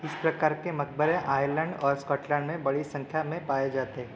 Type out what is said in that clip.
इस प्रकार के मक़बरे आयरलैंड और स्कॉटलैंड में बड़ी संख्या में पाए जाते हैं